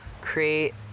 create